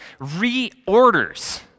reorders